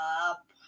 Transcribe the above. up